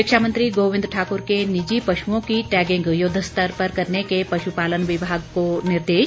शिक्षा मंत्री गोविंद ठाकुर के निजी पशुओं की टैंगिंग युद्धस्तर पर करने के पशुपालन विभाग को निर्देश